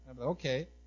Okay